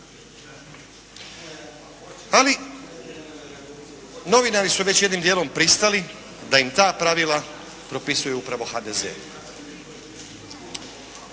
Ali novinari su već jednim dijelom pristali da im ta pravila propisuje upravo HDZ.